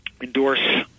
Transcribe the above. endorse